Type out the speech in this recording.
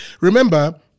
remember